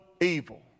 evil